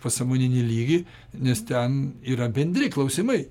pasąmoninį lygį nes ten yra bendri klausimai